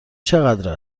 چقدر